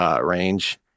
range